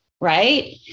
Right